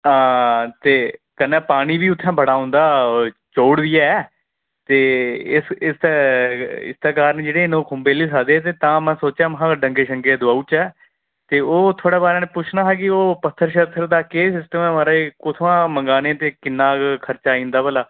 आं ते कन्नै पानी बी उत्थें बड़ा औंदा चौड़ बी ऐ ते इस इस इस्सै कारण जेह्ड़ी खुम्बे लिये खाद्धे ते तां मैं सोचेआ महां डंगे शंगे दोआई ओड़चै ते ओ थुआढ़े बारे नै पुच्छना हां कि ओह् पत्थर शत्थर दा केह् सिस्टम ऐ महाराज कुत्थुआं मंगाने ते किन्ना खर्चा आई जंदा भला